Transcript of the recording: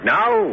now